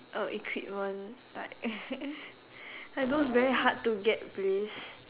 uh equipment like like those very hard to get place